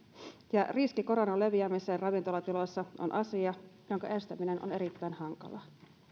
ja riski koronan leviämiseen ravintolatiloissa on asia jonka estäminen on erittäin hankalaa